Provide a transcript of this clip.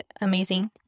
amazing